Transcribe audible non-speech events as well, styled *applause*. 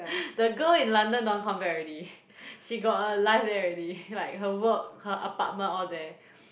*breath* the girl in London don't want come back already she got a life there already like her work her apartment all there